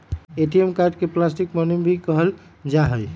ATM card के plastic money भी कहल जाहई